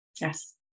Yes